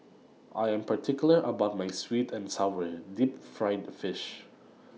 I Am particular about My Sweet and Sour Deep Fried Fish